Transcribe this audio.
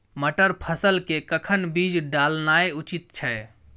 मटर फसल के कखन बीज डालनाय उचित छै?